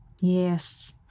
Yes